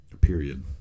Period